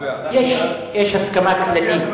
יש הסכמה כללית.